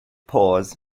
pours